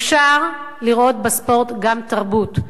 אפשר לראות בספורט גם תרבות.